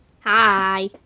Hi